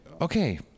okay